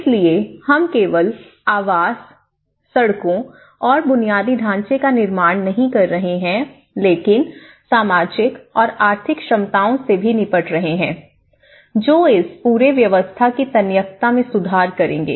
इसलिए हम केवल आवास सड़कों और बुनियादी ढांचे का निर्माण नहीं कर रहे हैं लेकिन सामाजिक और आर्थिक क्षमताओं से भी निपट रहे हैं जो इस पूरे व्यवस्था की तन्यकता में सुधार करेंगे